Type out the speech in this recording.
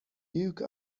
duke